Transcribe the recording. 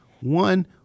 One